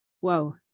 Whoa